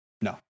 No